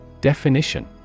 Definition